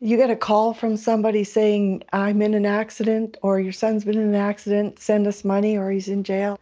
you get a call from somebody saying, i'm in an accident, or, your son's been in an accident, send us money, or, he's in jail.